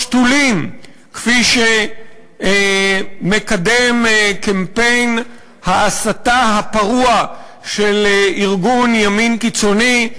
כפי שמקדם קמפיין ההסתה הפרוע של ארגון ימין קיצוני,